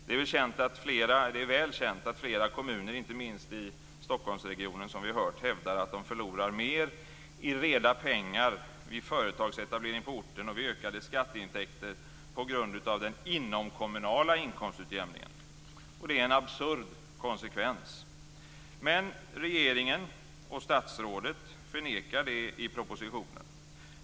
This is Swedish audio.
Det är väl känt att flera kommuner, inte minst i Stockholmsregionen som vi hört, hävdar att de förlorar mer i reda pengar vid företagsetablering på orten och vid ökade skatteintäkter på grund av den inomkommunala inkomstutjämningen. Det är en absurd konsekvens. Men regeringen och statsrådet förnekar det i propositionen.